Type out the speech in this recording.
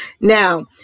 now